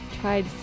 tried